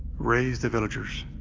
raise the villagers.